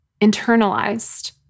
internalized